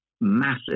massive